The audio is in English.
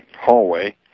hallway